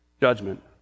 judgment